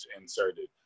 inserted